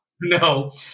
No